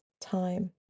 time